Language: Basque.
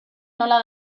nola